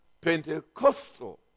Pentecostal